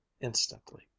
instantly